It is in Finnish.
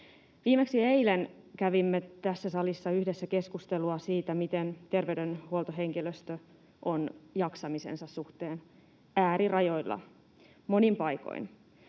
Viimeksi eilen kävimme tässä salissa yhdessä keskustelua siitä, miten terveydenhuoltohenkilöstö on jaksamisensa suhteen äärirajoilla monin paikoin.